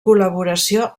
col·laboració